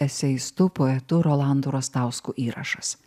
eseistu poetu rolandu rastausku įrašas